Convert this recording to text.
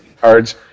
cards